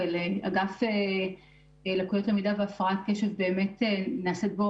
באגף לקויות למידה והפרעת קשב במשרד החינוך באמת נעשית בו